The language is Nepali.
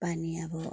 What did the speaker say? पानी अब